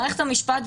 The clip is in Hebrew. מערכת המשפט,